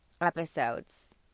episodes